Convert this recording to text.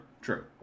true